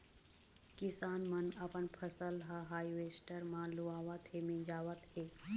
किसान मन अपन फसल ह हावरेस्टर म लुवावत हे, मिंजावत हे